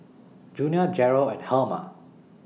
Junia Jarrell and Herma